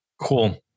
Cool